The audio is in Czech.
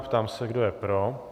Ptám se, kdo je pro.